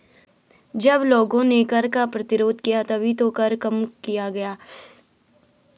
जब लोगों ने कर का प्रतिरोध किया तभी तो कर कम किया गया